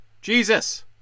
Jesus